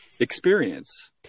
experience